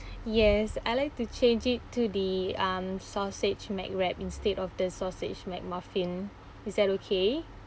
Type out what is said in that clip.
yes I'd like to change it to the um sausage mac wrap instead of the sausage mac muffin is that okay